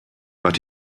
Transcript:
but